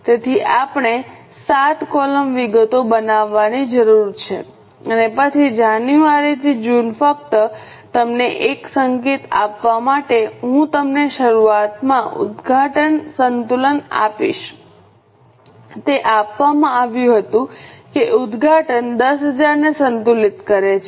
તેથી આપણે 7 કોલમ વિગતો બનાવવાની જરૂર છે અને પછી જાન્યુઆરીથી જૂન ફક્ત તમને એક સંકેત આપવા માટે હું તમને શરૂઆતમાં ઉદઘાટન સંતુલન આપીશ તે આપવામાં આવ્યું હતું કે ઉદઘાટન 10000 ને સંતુલિત કરે છે